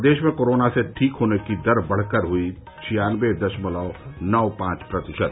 प्रदेश में कोरोना से ठीक होने की दर बढ़कर हई छियान्नबे दशमलव नौ पांच प्रतिशत